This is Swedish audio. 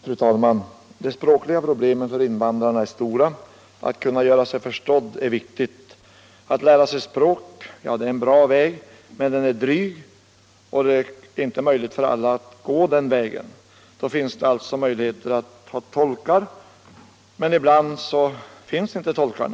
Fru talman! De språkliga problemen för invandrarna är stora. Att kunna göra sig förstådd är viktigt. Att lära sig språk är en bra väg, men den är dryg och det är inte möjligt för alla att gå den vägen. Då finns det alltså möjligheter att använda tolk, men ibland finns det inte några tolkar.